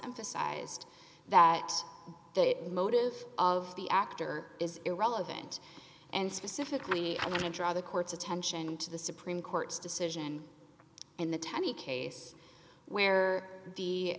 emphasized that the motive of the actor is irrelevant and specifically i want to draw the court's attention to the supreme court's decision in the tiny case where the